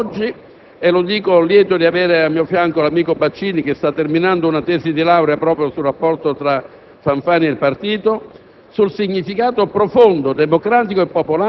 Soprattutto, vorrei che si ricordasse ancora oggi, e lo dico lieto di avere al mio fianco l'amico Baccini, che sta terminando una tesi di laurea proprio sul rapporto tra Fanfani e il partito,